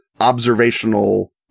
observational